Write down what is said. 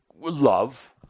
love